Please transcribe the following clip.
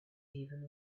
even